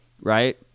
right